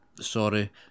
sorry